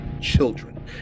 children